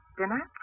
Dinner